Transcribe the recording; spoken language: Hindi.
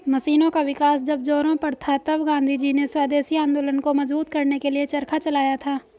मशीनों का विकास जब जोरों पर था तब गाँधीजी ने स्वदेशी आंदोलन को मजबूत करने के लिए चरखा चलाया था